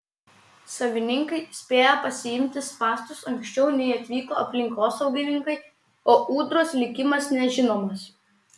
savininkai spėjo pasiimti spąstus anksčiau nei atvyko aplinkosaugininkai o ūdros likimas nežinomas